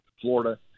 florida